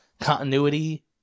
continuity